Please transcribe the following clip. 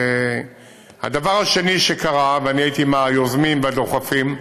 הדבר השני שקרה, ואני הייתי מהיוזמים והדוחפים: